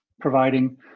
providing